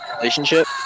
relationship